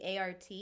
ART